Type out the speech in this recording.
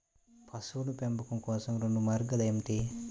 పశువుల పెంపకం కోసం రెండు మార్గాలు ఏమిటీ?